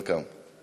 Welcome.